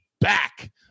back